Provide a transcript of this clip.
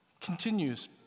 continues